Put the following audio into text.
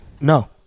No